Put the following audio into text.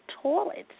toilets